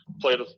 played